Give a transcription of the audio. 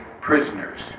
prisoners